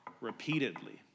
repeatedly